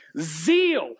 Zeal